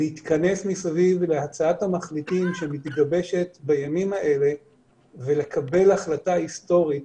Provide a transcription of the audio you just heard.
להתכנס סביב הצעת המחליטים שמתגבשת בימים האלה ולקבל החלטה היסטורית